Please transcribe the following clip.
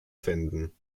finden